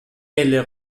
эле